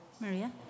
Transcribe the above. Maria